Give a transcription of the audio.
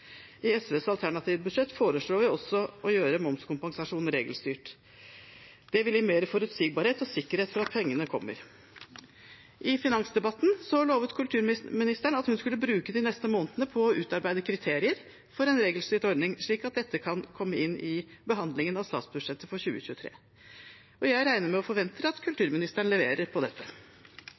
I SVs alternative budsjett foreslår vi også å gjøre momskompensasjonen regelstyrt. Det vil gi mer forutsigbarhet og sikkerhet for at pengene kommer. I finansdebatten lovet kulturministeren at hun skulle bruke de neste månedene på å utarbeide kriterier for en regelstyrt ordning, slik at dette kan komme inn i behandlingen av statsbudsjettet for 2023. Jeg regner med og forventer at kulturministeren leverer på dette.